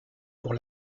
pour